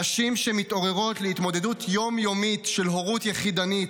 נשים שמתעוררות להתמודדות יום-יומית של הורות יחידנית,